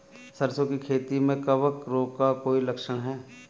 सरसों की खेती में कवक रोग का कोई लक्षण है?